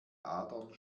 adern